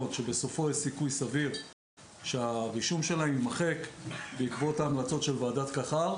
שבסופו יש סיכוי סביר שהרישום שלהם יימחק בעקבות ההמלצות של ועדת קח"ר.